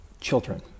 children